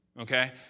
Okay